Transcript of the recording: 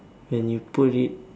when you put it